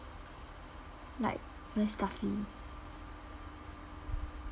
like very stuffy